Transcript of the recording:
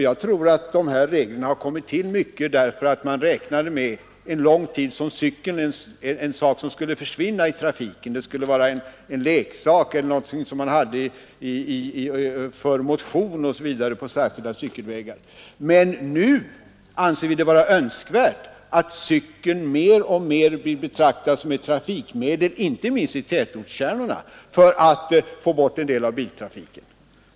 Jag tror att dessa regler kommit till därför att man under lång tid räknade med cykeln som ett fordon, vilket skulle försvinna ur trafiken; den betraktades som en leksak eller någonting som man använde för motion på särskilda cykelvägar. Numera är det dock önskvärt att cykeln betraktas som ett trafikmedel, inte minst i tätortskärnorna för att därigenom få bort en del av biltrafiken.